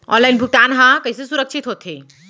Online भुगतान हा कइसे सुरक्षित होथे?